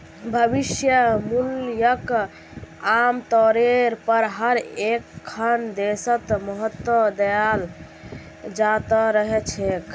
भविष्य मूल्यक आमतौरेर पर हर एकखन देशत महत्व दयाल जा त रह छेक